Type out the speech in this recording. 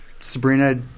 Sabrina